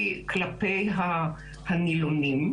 כלפי הנילונים.